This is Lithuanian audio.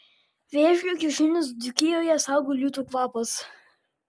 vėžlių kiaušinius dzūkijoje saugo liūtų kvapas